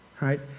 right